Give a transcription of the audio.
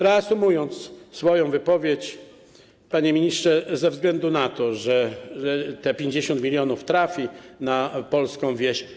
Reasumując swoją wypowiedź, panie ministrze, ze względu na to, że te 50 mln trafi na polską wieś.